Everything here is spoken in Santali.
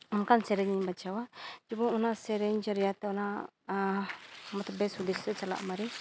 ᱚᱝᱠᱟᱱ ᱥᱮᱨᱮᱧᱤᱧ ᱵᱟᱪᱷᱟᱣᱟ ᱡᱮᱢᱚᱱ ᱚᱱᱟ ᱥᱮᱨᱮᱧ ᱡᱟᱨᱭᱟ ᱛᱮ ᱚᱱᱟ ᱢᱚᱛᱞᱚᱵᱽ ᱵᱮᱥ ᱦᱩᱫᱤᱥ ᱥᱮᱫ ᱪᱟᱞᱟᱜ ᱢᱟᱨᱤ